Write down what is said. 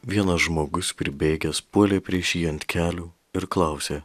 vienas žmogus pribėgęs puolė prieš jį ant kelių ir klausė